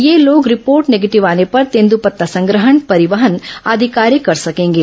ये लोग report negative आने पर तेंदूपत्ता संग्रहण परिवहन आदि कार्य कर सकेंगे